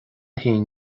haon